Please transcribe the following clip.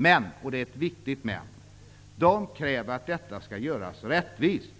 Men -- och det är ett viktigt men -- de kräver att det vi gör skall vara rättvist.